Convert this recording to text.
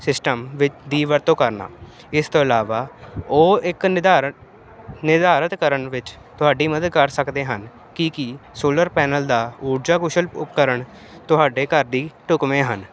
system ਦੀ ਵਰਤੋਂ ਕਰਨਾ ਇਸ ਤੋਂ ਇਲਾਵਾ ਉਹ ਇੱਕ ਨਿਧਾਰਨ ਨਿਰਧਾਰਿਤ ਕਰਨ ਵਿੱਚ ਤੁਹਾਡੀ ਮਦਦ ਕਰ ਸਕਦੇ ਹਨ ਕੀ ਕੀ ਸੋਲਰ ਪੈਨਲ ਦਾ ਊਰਜਾ ਕੁਸ਼ਲ ਉਪਕਰਨ ਤੁਹਾਡੇ ਘਰ ਦੀ ਢੁਕਵੇਂ ਹਨ